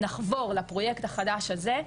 נחבור לפרויקט החדש הזה.